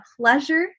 pleasure